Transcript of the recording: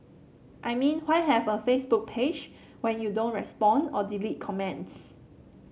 I mean why have a Facebook page when you don't respond or delete comments